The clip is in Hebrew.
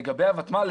לגבי הוותמ" ל,